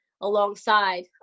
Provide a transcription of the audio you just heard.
alongside